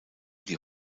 die